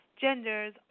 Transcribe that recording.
genders